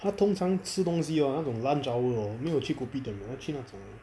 他通常吃东西 hor 那种 lunch hour hor 没有去 kopitiam 他去那种